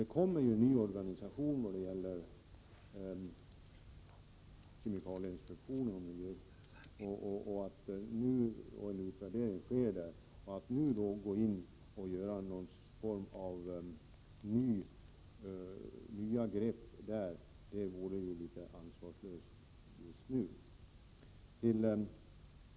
Det sker en utvärdering av kemikalieinspektionens verksamhet, och det kommer därefter ett förslag till ny organisation. Att nu gå in med nya grepp på detta område vore ansvarslöst.